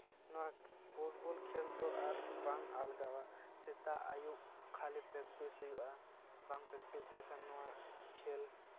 ᱱᱚᱣᱟ ᱯᱷᱩᱴᱵᱚᱞ ᱠᱷᱮᱞ ᱫᱚ ᱟᱨ ᱵᱟᱝ ᱟᱞᱜᱟᱣᱟ ᱥᱮᱛᱟᱜ ᱟᱹᱭᱩᱵ ᱠᱷᱟᱹᱞᱤ ᱯᱨᱮᱠᱴᱤᱥ ᱦᱩᱭᱩᱜᱼᱟ ᱵᱟᱝ ᱯᱨᱮᱠᱴᱤᱥ ᱞᱮᱠᱷᱟᱱ ᱱᱚᱣᱟ ᱠᱷᱮᱞ